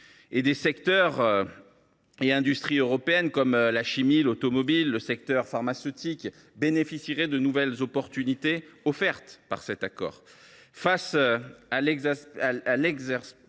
des secteurs et des industries européens, comme la chimie, l’automobile, le secteur pharmaceutique, bénéficieraient de nouvelles opportunités offertes par l’accord